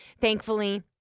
Thankfully